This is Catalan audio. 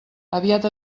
aviat